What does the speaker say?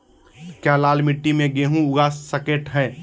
क्या लाल मिट्टी में गेंहु उगा स्केट है?